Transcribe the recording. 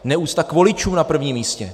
Neúcta k voličům na prvním místě.